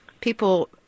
people